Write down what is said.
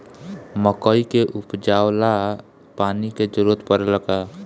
मकई के उपजाव ला पानी के जरूरत परेला का?